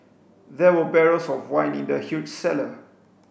there were barrels of wine in the huge cellar